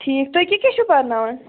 ٹھیٖک تُہۍ کیٛاہ کیٛاہ چھِو پرٕناوان